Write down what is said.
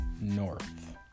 North